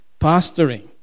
pastoring